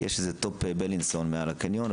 כי יש טופ בילינסון מעל לקניון,